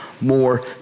more